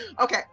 Okay